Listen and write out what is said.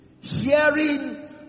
Hearing